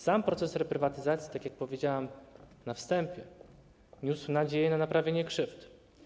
Sam proces reprywatyzacji, tak jak powiedziałem na wstępie, niósł nadzieję na naprawienie krzywd.